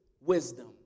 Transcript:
wisdom